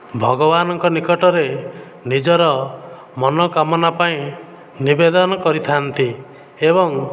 ଭଗବାନଙ୍କ ନିକଟରେ ନିଜର ମନକାମନା ପାଇଁ ନିବେଦନ କରିଥାନ୍ତି ଏବଂ